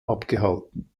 abgehalten